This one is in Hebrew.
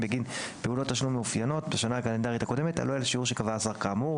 בוקר טוב לכולם.